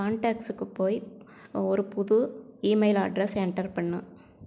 கான்டாக்ஸுக்கு போய் ஒரு புது இ மெயில் அட்ரஸை என்டர் பண்ணு